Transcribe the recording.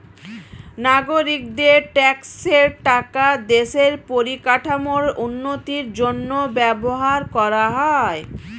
নাগরিকদের ট্যাক্সের টাকা দেশের পরিকাঠামোর উন্নতির জন্য ব্যবহার করা হয়